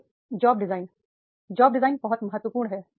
फिर job design job design बहुत महत्वपूर्ण है